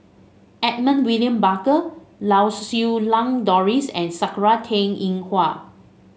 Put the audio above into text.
Edmund William Barker Lau Siew Lang Doris and Sakura Teng Ying Hua